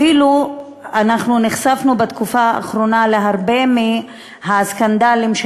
אפילו אנחנו נחשפנו בתקופה האחרונה להרבה מהסקנדלים של